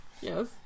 Yes